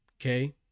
Okay